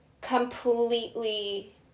completely